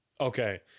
Okay